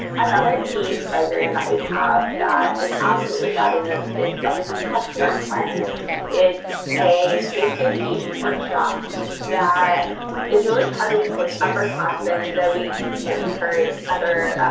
another key program that we have that is absolutely fabulous is something that's called start smart it's a pay negotiation workshop that is really targeted towards upperclassmen, though we can encourage undergrads